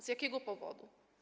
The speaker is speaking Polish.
Z jakiego powodu?